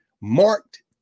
marked